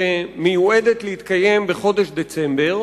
שמיועדת להתקיים בחודש דצמבר.